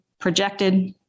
projected